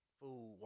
food